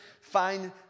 find